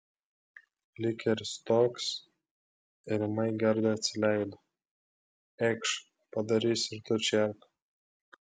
likeris toks ir ūmai gerda atsileido eikš padarysi ir tu čierką